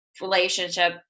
relationship